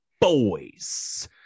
Boys